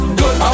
good